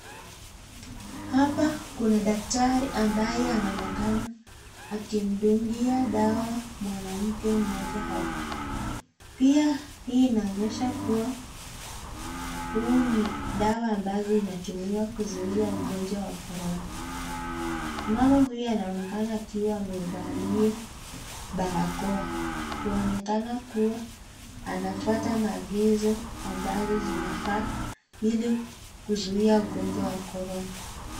Hapa kuna daktari ambaye anaonekana akimdungia dawa mwanamke mmoja hapa, pia hii inaonyesha huu ni dawa ambazo inatumiwa kuzuia ugonjwa wa Corona. Mama huyo anaonekena akiwa amevalia barakoa, kuonekana kuwa anafata maagizo ambazo zinafaa ili kuzuia ugonjwa wa Corona.